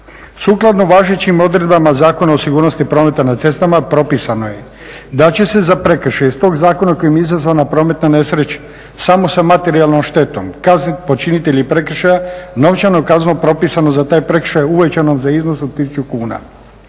Sukladno važećim odredbama Zakona o sigurnosti prometa na cestama propisano je da će se za prekršaje iz tog Zakona kojim je izazvana prometna nesreća samo sa materijalnom štetom kazniti počinitelj prekršaja novčanom kaznom propisanom za taj prekršaj uvećan za iznos od 1000 kuna.